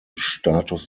status